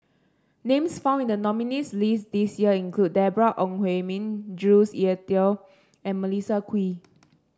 names found in the nominees list this year include Deborah Ong Hui Min Jules Itier and Melissa Kwee